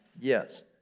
Yes